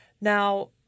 Now